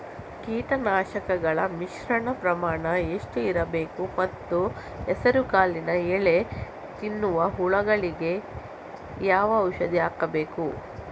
ಕೀಟನಾಶಕಗಳ ಮಿಶ್ರಣ ಪ್ರಮಾಣ ಎಷ್ಟು ಇರಬೇಕು ಮತ್ತು ಹೆಸರುಕಾಳಿನ ಎಲೆ ತಿನ್ನುವ ಹುಳಗಳಿಗೆ ಯಾವ ಔಷಧಿ ಹಾಕಬೇಕು?